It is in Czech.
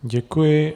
Děkuji.